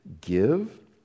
Give